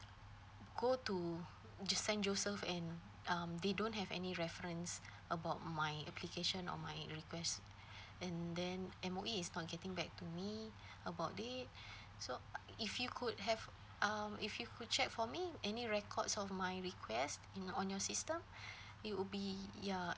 go to just saint joseph and um they don't have any reference about my application or my request and then M_O_E is not getting back to me about it so if you could have um if you could check for me any records of my request in on your system it will be ya